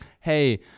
Hey